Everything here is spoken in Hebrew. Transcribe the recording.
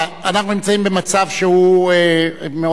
אנחנו נמצאים במצב שהוא מאוד עדין.